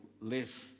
less